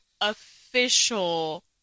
official